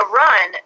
run